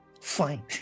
Fine